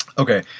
okay.